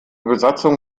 besatzung